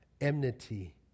enmity